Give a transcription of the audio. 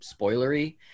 spoilery